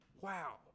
wow